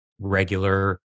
regular